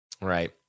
Right